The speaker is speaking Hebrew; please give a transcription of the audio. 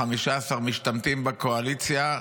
15 משתמטים בקואליציה,